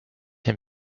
him